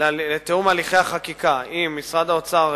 הליכי החקיקה עם משרד האוצר,